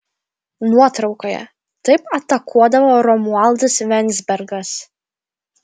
nuotraukoje taip atakuodavo romualdas venzbergas